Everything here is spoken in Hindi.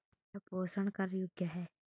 क्या प्रेषण कर योग्य हैं?